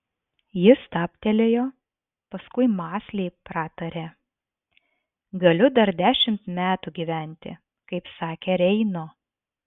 ji stabtelėjo paskui mąsliai pratarė galiu dar dešimt metų gyventi kaip sakė reino